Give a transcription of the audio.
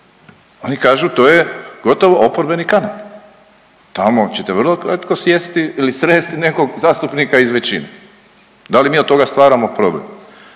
oni kažu to je gotovo oporbeni kanal. Tamo ćete vrlo kratko sjesti ili sresti nekog zastupnika iz većine. Da li mi od toga stvaramo problem?